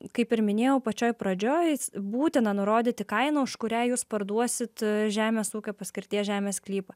kaip ir minėjau pačioj pradžioj būtina nurodyti kainą už kurią jūs parduosit žemės ūkio paskirties žemės sklypą